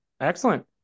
Excellent